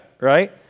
right